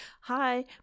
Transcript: hi